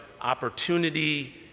opportunity